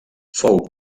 fou